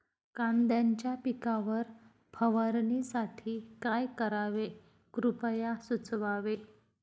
कांद्यांच्या पिकावर फवारणीसाठी काय करावे कृपया सुचवावे